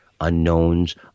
unknowns